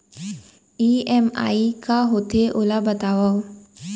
EMI का होथे, ओला बतावव